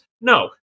No